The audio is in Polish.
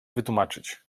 wytłumaczyć